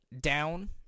down